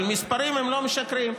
אבל המספרים לא משקרים.